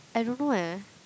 I don't know eh